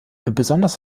besonders